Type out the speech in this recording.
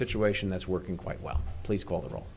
situation that's working quite well please call it